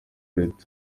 rita